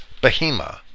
behemoth